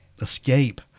escape